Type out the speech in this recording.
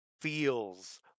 feels